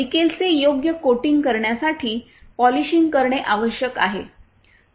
निकेलचे योग्य कोटिंग करण्यासाठी पॉलिशिंग करणे आवश्यक आहे